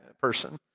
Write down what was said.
person